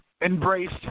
Embraced